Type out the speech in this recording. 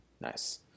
Nice